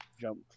jump